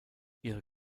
ihre